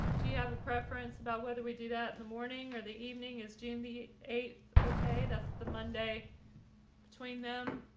do you have a preference about whether we do that the morning or the evening is june the eighth okay, that's the monday between them.